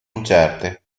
incerte